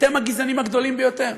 אתם הגזענים הגדולים ביותר.